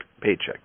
paycheck